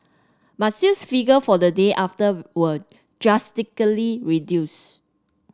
but sales figure for the day after were drastically reduce